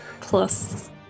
Plus